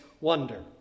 wonder